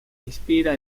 inspira